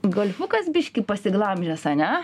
golfukas biškį pasiglamžęs ane